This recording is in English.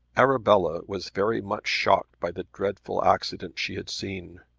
arabella was very much shocked by the dreadful accident she had seen.